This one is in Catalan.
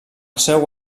seu